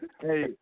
Hey